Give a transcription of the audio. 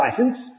license